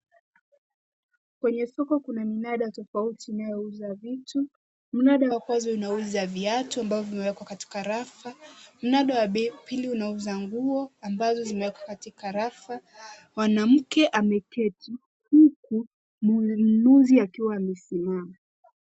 Kwenye soko kuna minanda tofauti inayouza vitu. Mnanda wa kwanza unauza viatu ambavyo vimekwa katika rafu. Mnanda wa pili unauza nguo, ambazo zimewekwa katika rafu. Mwanamke ameketi huku mnunuzi akiwa amesimama.